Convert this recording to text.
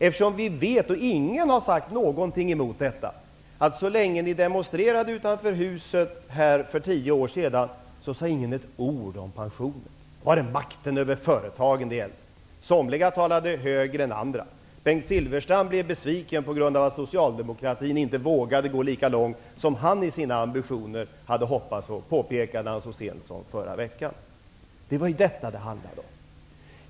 Eftersom vi vet att ingen, så länge ni demonstrerade utanför Riksdagshuset här för tio år sedan, sade ett ord om pensionerna. Då var det makten över företagen det gällde. Somliga talade högre än andra. Bengt Silfverstrand blev besviken på grund av att socialdemokratin inte vågade gå lika långt som han i sina ambitioner hade hoppats, vilket han påpekade så sent som i förra veckan. Det var detta det handlade om.